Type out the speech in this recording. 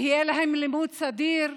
יהיה להם לימוד סדיר?